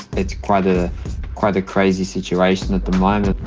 it's quite a quite a crazy situation at the moment.